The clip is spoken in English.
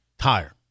Higher